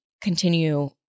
continue